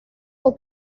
for